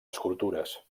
escultures